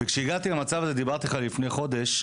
וכשהגעתי למצב הזה דיברתי איתך לפני חודש,